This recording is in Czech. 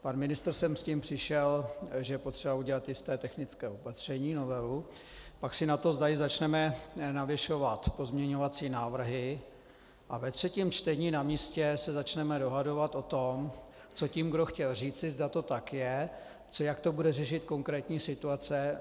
Pan ministr sem s tím přišel, že je potřeba udělat jisté technické opatření, novelu, pak si na to tady začneme zavěšovat pozměňovací návrhy a ve třetím čtení na místě se začneme dohadovat o tom, co tím kdo chtěl říci, zda to tak je, jak to bude řešit konkrétní situace.